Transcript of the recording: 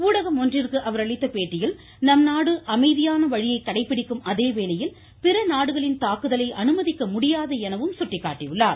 ஊடகம் ஒன்றிற்கு அவர் அளித்த பேட்டியில் நம்நாடு அமைதியான வழியை கடைபிடிக்கும் அதேவேளையில் பிற நாடுகளின் தாக்குதலை அனுமதிக்க முடியாது எனவும் சுட்டிக்காட்டினார்